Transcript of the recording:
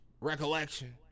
recollection